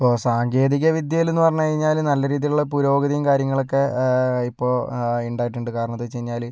ഇപ്പോൾ സാങ്കേതികവിദ്യയിലെന്ന് പറഞ്ഞു കഴിഞ്ഞാൽ നല്ല രീതിയിലുള്ള പുരോഗതിയും കാര്യങ്ങളൊക്കെ ഇപ്പോൾ ഉണ്ടായിട്ടുണ്ട് കാരണമെന്താണെന്ന് വെച്ച് കഴിഞ്ഞാൽ